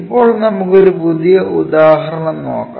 ഇപ്പോൾ നമുക്ക് ഒരു പുതിയ ഉദാഹരണം നോക്കാം